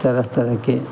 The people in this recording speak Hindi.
तरह तरह के